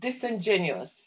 disingenuous